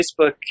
Facebook